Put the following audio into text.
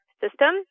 system